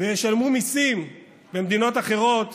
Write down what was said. וישלמו מיסים במדינות אחרות